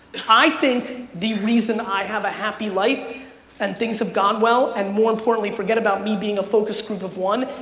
i think the reason i have a happy life and things have gone well and more importantly, forget about me being a focus group of one,